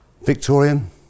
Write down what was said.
Victorian